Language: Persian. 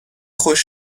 خوش